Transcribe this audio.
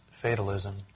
fatalism